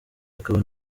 akaba